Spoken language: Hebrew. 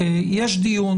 יש דיון,